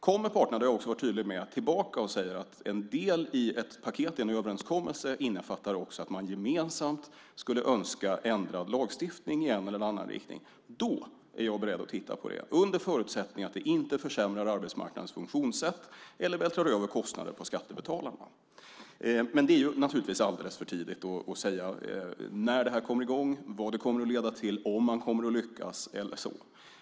Kommer parterna - det har jag också varit tydlig med - tillbaka och säger att en del i ett paket i en överenskommelse också innefattar att man gemensamt skulle önska ändrad lagstiftning i en eller annan riktning, då är jag beredd att titta på det, under förutsättning att det inte försämrar arbetsmarknadens funktionssätt eller vältrar över kostnader på skattebetalarna. Men det är naturligtvis alldeles för tidigt för att säga när det här kommer i gång, vad det kommer att leda till, om man kommer att lyckas och så.